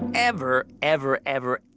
ever, ever, ever,